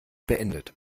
beendet